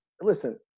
Listen